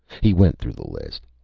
he went through the list.